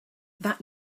that